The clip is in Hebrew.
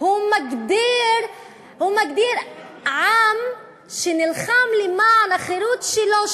הוא מגדיר עם שנלחם למען החירות שלו,